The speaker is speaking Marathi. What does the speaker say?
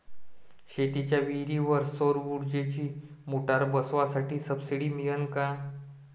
शेतीच्या विहीरीवर सौर ऊर्जेची मोटार बसवासाठी सबसीडी मिळन का?